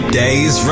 days